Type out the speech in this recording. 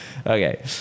Okay